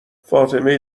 فاطمه